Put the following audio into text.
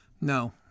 No